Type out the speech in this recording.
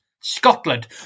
Scotland